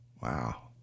Wow